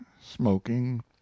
smoking